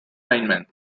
linemen